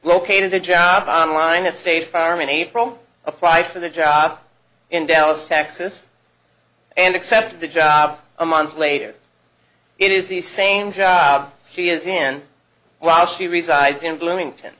located a job on line a state farm in april apply for the job in dallas texas and accepted the job a month later it is the same job he is in while she resides in bloomington